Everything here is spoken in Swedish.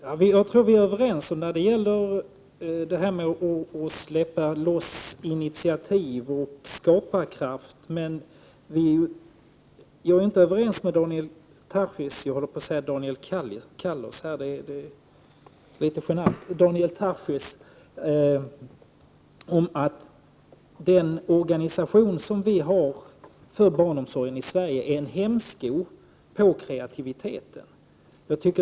Herr talman! Jag tror vi är överens om det önskvärda i att släppa loss initiativ och skaparkraft. Men jag är inte överens med Daniel Tarschys om att den organisation som vi har för barnomsorgen i Sverige är en hämsko på kreativiteten.